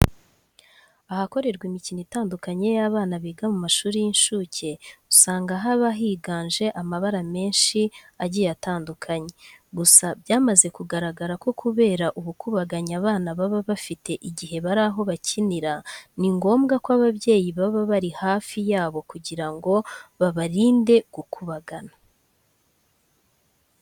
Ahakorerwa imikino itandukanye y'abana biga mu mashuri y'incuke, usanga haba higanje amabara menshi agiye atandukanye. Gusa byamaze kugaragara ko kubera ubukubaganyi abana baba bafite igihe bari aho bakinira, ni ngombwa ko ababyeyi baba bari hafi yabo kugira ngo babarinde gukubagana.